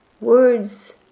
Words